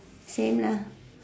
same lah